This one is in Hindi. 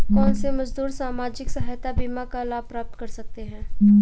कौनसे मजदूर सामाजिक सहायता बीमा का लाभ प्राप्त कर सकते हैं?